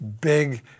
big